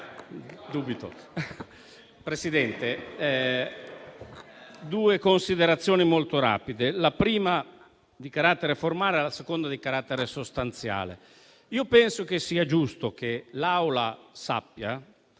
Vorrei fare due considerazioni molto rapide, la prima di carattere formale, la seconda di carattere sostanziale. Io penso che sia giusto che l'Aula sappia